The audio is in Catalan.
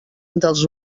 dels